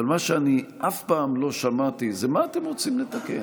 אבל מה שאף פעם לא שמעתי זה מה אתם רוצים לתקן.